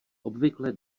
obvykle